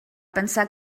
pensar